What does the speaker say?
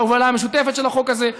על ההובלה המשותפת של החוק הזה.